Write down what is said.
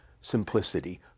simplicity